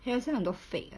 Carousell 很多 fake